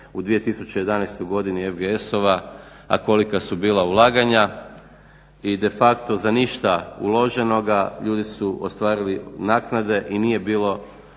u 2011. godini FGS-ova a kolika su bila ulaganja i de facto za ništa uloženoga ljudi su ostvarili naknade i nije bilo